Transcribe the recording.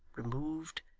removed,